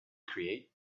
create